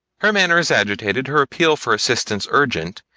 her manner is agitated, her appeal for assistance urgent,